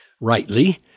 rightly